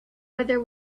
whether